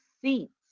seats